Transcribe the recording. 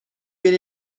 been